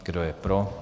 Kdo je pro?